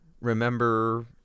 Remember